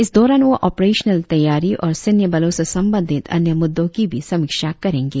इस दौरान वह अपरेशनेल तैयारी और सैन्य बलो से संबंधित अन्य मुद्दो की भी समीक्षा करेंगे